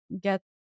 get